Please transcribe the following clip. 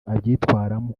abyitwaramo